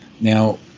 Now